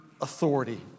authority